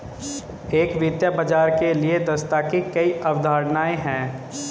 एक वित्तीय बाजार के लिए दक्षता की कई अवधारणाएं हैं